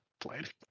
played